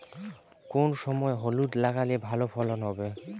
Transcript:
কোন সময় হলুদ লাগালে ভালো ফলন হবে?